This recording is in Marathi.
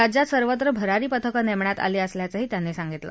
राज्यात सर्वत्र भरारी पथकं नेमण्यात आली असल्याचही त्यांनी सांगितलं